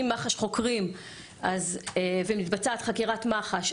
אם מח"ש חוקרים ומתבצעת חקירת מח"ש,